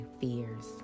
fears